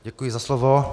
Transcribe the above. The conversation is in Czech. Děkuji za slovo.